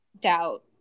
Doubt